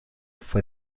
fue